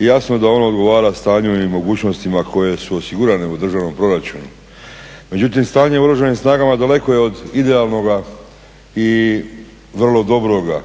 Jasno da ono odgovara stanju i mogućnostima koje su osigurane u državnom proračunu. Međutim, stanje u Oružanim snagama daleko je od idealnoga i vrlo dobro